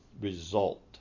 result